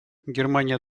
германия